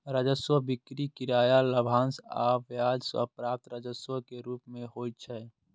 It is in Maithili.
राजस्व बिक्री, किराया, लाभांश आ ब्याज सं प्राप्त राजस्व के रूप मे होइ छै